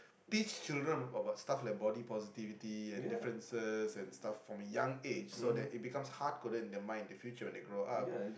teach children about stuff like body positivity and differences and stuff from young age so that it becomes hard coded in their minds in the future when they grow up